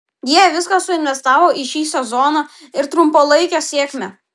jie viską suinvestavo į šį sezoną ir trumpalaikę sėkmę